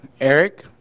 Eric